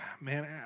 man